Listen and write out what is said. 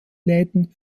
läden